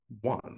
one